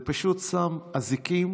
זה פשוט שם אזיקים.